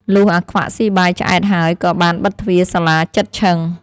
លុះអាខ្វាក់ស៊ីបាយឆ្អែតហើយក៏បានបិទទ្វារសាលាជិតឈឹង។